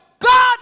God